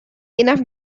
enough